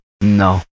no